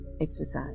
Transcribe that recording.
exercise